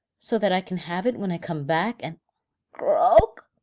so that i can have it when i come back, and croak!